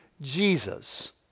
Jesus